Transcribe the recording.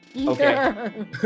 Okay